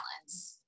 balance